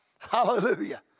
Hallelujah